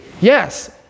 Yes